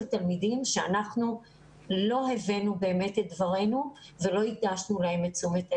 תלמידים שאנחנו לא הבאנו באמת את דברינו ולא הקדשנו להם את תשומת הלב.